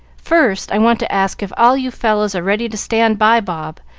first i want to ask if all you fellows are ready to stand by bob,